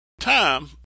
time